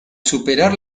superar